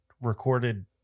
recorded